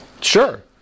Sure